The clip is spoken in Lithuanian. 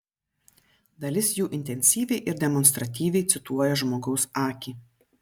dalis jų intensyviai ir demonstratyviai cituoja žmogaus akį